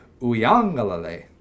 Uyangalale